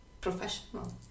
professional